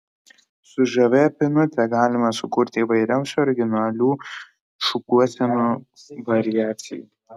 su žavia pynute galima sukurti įvairiausių originalių šukuosenų variacijų